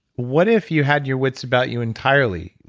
what if you had your wits about you entirely?